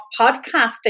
podcasting